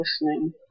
listening